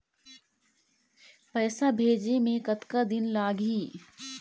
पैसा भेजे मे कतका दिन लगही?